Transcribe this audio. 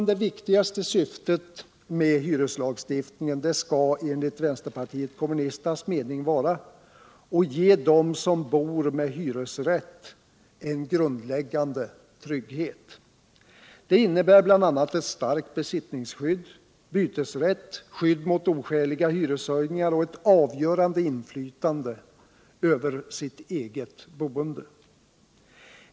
Det viktigaste syftet med hyreslagstiftningen skall enligt vänsterpartiet kommunisternas mening vara att ge dem som bor med hyresrätt en grundläggande trygghet. Det innebär bl.a. ett starkt besittningsskydd, bytesrätt, skydd mot oskäliga hyreshöjningar och ett avgörande inflytande över sitt eget boende.